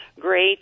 great